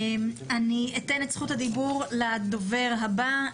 אני אתן את זכות הדיבור לדובר הבא,